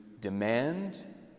demand